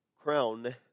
crown